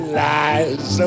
lies